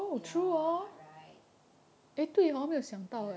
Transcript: ya right ya